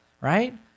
right